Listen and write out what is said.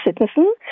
citizen